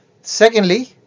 Secondly